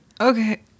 Okay